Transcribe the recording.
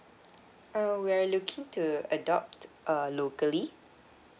err we're looking to adopt uh locally